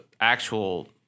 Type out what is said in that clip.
actual